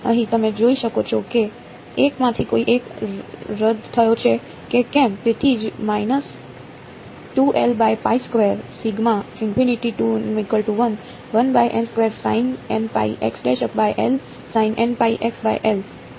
તેથી અહીં તમે જોઈ શકો છો કે lમાંથી કોઈ એક રદ થયો છે કે કેમ તેથી જ આ બંને ટર્મ અહીં સમાપ્ત થઈ ગયા છે